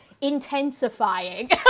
intensifying